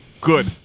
good